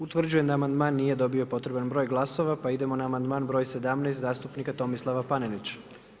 Utvrđujem da amandman nije dobio potreban broj glasova, pa idemo na amandman broj 17 zastupnika Tomislava Panenića.